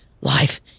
life